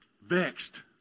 vexed